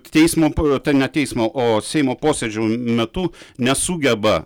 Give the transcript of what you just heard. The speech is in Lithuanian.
teismo p tai ne teismo o seimo posėdžių metu nesugeba